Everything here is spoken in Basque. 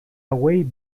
hauei